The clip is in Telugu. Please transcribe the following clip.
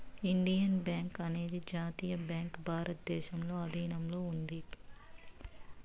ఇండియన్ బ్యాంకు అనేది జాతీయ బ్యాంక్ భారతదేశంలో ఆధీనంలో ఉంది